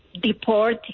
deport